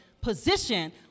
position